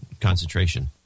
Concentration